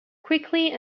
quickly